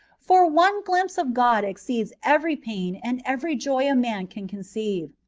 for one glimpse of god exceeds every pain and every joy a man can conceive,